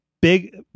Big